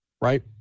right